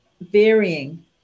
varying